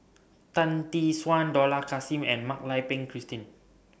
Tan Tee Suan Dollah Kassim and Mak Lai Peng Christine